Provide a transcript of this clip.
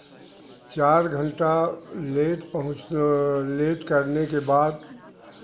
चार घंटा लेट पहुँच लेट करने के बाद